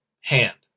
hand